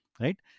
Right